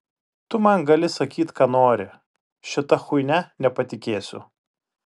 tu man gali sakyt ką nori šita chuinia nepatikėsiu